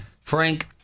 Frank